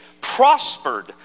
prospered